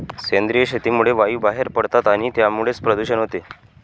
सेंद्रिय शेतीमुळे वायू बाहेर पडतात आणि त्यामुळेच प्रदूषण होते